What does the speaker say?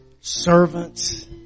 servants